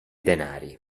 denari